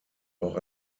auch